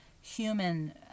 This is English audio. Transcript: human